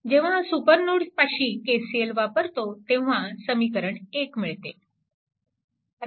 जेव्हा सुपरनोडपाशी KCL वापरतो तेव्हा समीकरण 1 मिळते